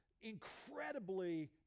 incredibly